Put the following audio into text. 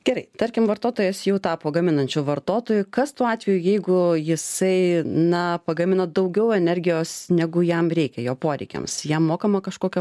gerai tarkim vartotojas jau tapo gaminančiu vartotoju kas tuo atveju jeigu jisai na pagamina daugiau energijos negu jam reikia jo poreikiams jam mokama kažkokia